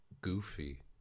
goofy